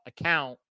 account